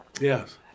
Yes